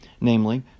namely